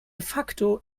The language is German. facto